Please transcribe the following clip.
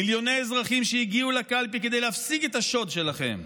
מיליוני אזרחים שהגיעו לקלפי כדי להפסיק את השוד שלכם,